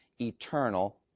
eternal